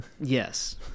Yes